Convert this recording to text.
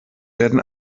werden